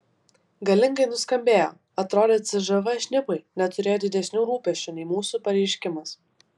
galingai nuskambėjo atrodė cžv šnipai neturėjo didesnių rūpesčių nei mūsų pareiškimas